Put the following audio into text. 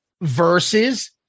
versus